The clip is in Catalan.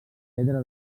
pedra